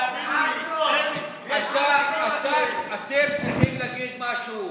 תאמינו לי, אתם צריכים להגיד משהו.